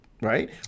Right